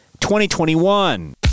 2021